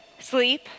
sleep